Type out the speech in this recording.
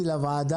ננעלה בשעה